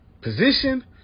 position